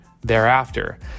thereafter